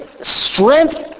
strength